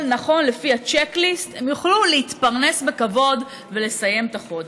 נכון לפי הצ'ק-ליסט הם יוכלו להתפרנס בכבוד ולסיים את החודש,